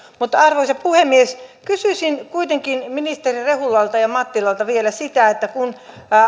arvoisa puhemies kysyisin kuitenkin ministeri rehulalta ja ministeri mattilalta vielä kun